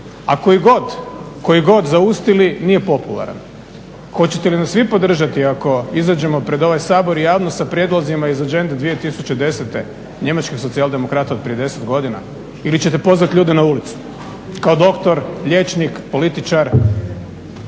a koji god, koji god zaustili nije popularan. Hoćete li nas vi podržati ako izađemo pred ovaj Sabor javno sa prijedlozima …/Govornik se ne razumije./… Njemački socijal demokrator prije deset godina ili ćete pozvati ljude na ulicu kao doktor, liječnik, političar,